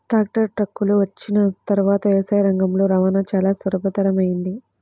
tractor, ట్రక్కులు వచ్చిన తర్వాత వ్యవసాయ రంగంలో రవాణా చాల సులభతరమైంది